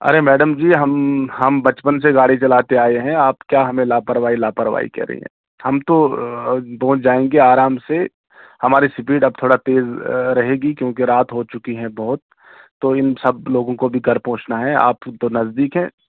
ارے madam ji ہم ہم بچپن سے گاڑی چلاتے آئے ہیں آپ کیا ہمیں لاپرواہی لاپرواہی کہہ رہی ہیں ہم تو پہنچ جائیں گے آرام سے ہماری اسپیڈ اب تھوڑا تیز رہے گی کیونکہ رات ہو چکی ہیں بہت تو ان سب لوگوں کو بھی گھر پہنچنا ہے آپ تو نزدیک ہیں